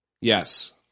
yes